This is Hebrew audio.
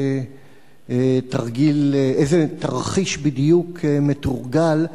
איזה תרחיש בדיוק מתורגל,